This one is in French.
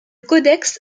codex